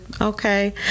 okay